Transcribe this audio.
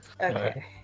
Okay